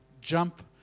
jump